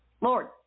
Lord